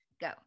go